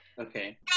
Okay